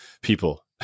people